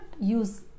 use